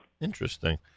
Interesting